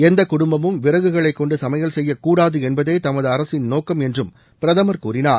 எந்த குடும்பமும் விறகுகளை கொண்டு சமையல் செய்யக்கூடாது என்பதே தமது அரசின் நோக்கம் என்றும் பிரதமர் கூறினார்